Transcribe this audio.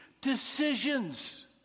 decisions